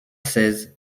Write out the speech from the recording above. seize